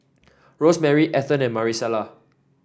Rosemary Ethen and Marisela